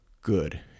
Good